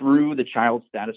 through the child status